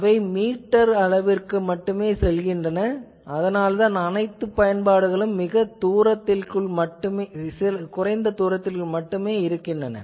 அவை சில மீட்டர்கள் மட்டுமே செல்கின்றன அதனால்தான் அனைத்து பயன்பாடுகளும் மிகக் குறைந்த தூரத்திற்குள் இருக்கின்றன